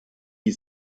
die